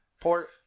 port